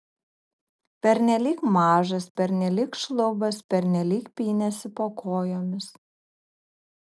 pernelyg mažas pernelyg šlubas pernelyg pynėsi po kojomis